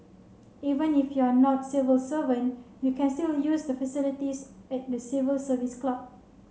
even if you are not civil servant you can still use the facilities at the Civil Service Club